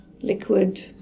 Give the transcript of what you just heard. liquid